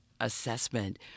assessment